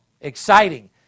exciting